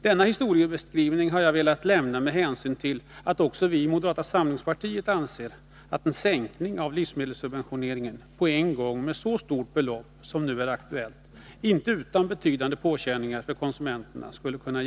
Denna historiebeskrivning har jag velat lämna med hänsyn till att också vi i moderata samlingspartiet anser att en sänkning av livsmedelssubventioneringen inte skulle kunna genomföras på en gång med så stort belopp som nu är aktuellt utan betydande påkänningar för konsumenterna.